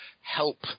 help